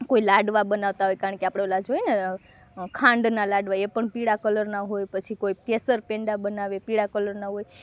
કોઈ લાડવા બનાવતા હોય કારણકે આપણે ઓલા જોઈએ ને ખાંડના લાડવા એ પણ પીળા કલરના હોય પછી કોઈ કેસર પેંડા બનાવે પીળા કલરના હોય